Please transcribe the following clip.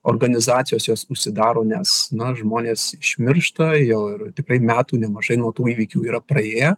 organizacijos jos užsidaro nes na žmonės išmiršta jau ir tikrai metų nemažai nuo tų įvykių yra praėję